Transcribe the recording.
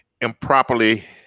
improperly